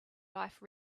life